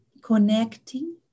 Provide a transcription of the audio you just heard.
connecting